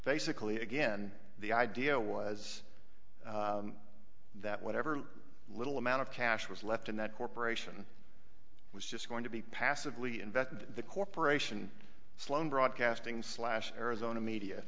basically again the idea was that whatever little amount of cash was left in that corporation was just going to be passively invested in the corporation sloan broadcasting slash arizona media